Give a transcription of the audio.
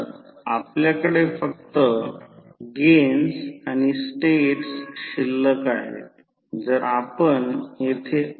तर फॅराडेज लॉवरून induced voltage N d∅dt आणि लेन्झ लॉवरूनLenzs law emf ची दिशा मिळेल म्हणूनच चिन्ह येथे आहे